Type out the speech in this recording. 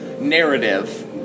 Narrative